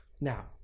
Now